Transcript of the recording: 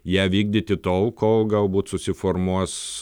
ją vykdyti tol kol galbūt susiformuos